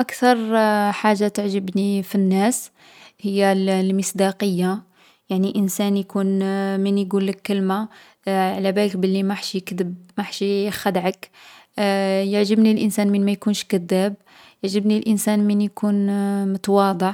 أكثر حاجة تعجبني في الناس هي الـ المصداقية، يعني انسان يكون من يقولك كلمة علابلك بلي ماحش يكدب ماحش يخدعك. يعجبني الانسان من ما يكونش كداب، يعجبني الانسان من يكون متواضع.